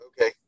okay